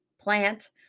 plant